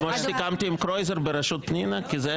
לא סוכם עם קרויזר שזה יהיה בראשות פנינה?